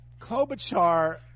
Klobuchar